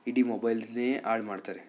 ಇಡೀ ಮೊಬೈಲ್ನೇ ಹಾಳು ಮಾಡ್ತಾರೆ